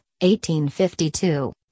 1852